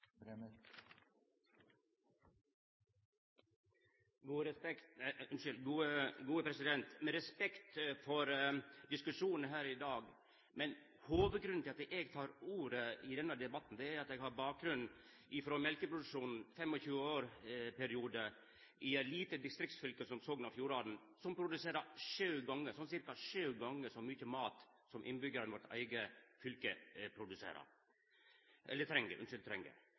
all respekt for diskusjonen her i dag – hovudgrunnen til at eg tok ordet i denne debatten er at eg har bakgrunn frå mjølkeproduksjon i ein 25-årsperiode i eit lite distriktsfylke som Sogn og Fjordane, som produserer ca. sju gonger så mykje mat som innbyggjarane i fylket treng.